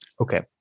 Okay